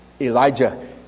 Elijah